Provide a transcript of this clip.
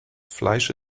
fleisch